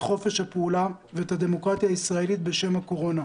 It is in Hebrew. חופש הפעולה ואת הדמוקרטיה הישראלית בשם הקורונה.